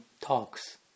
talks